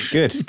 Good